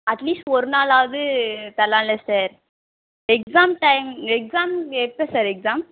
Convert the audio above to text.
at least ஒருநாளாவது தரலாம்ல்ல sir exam time exam எப்போ சார் எக்ஸாம்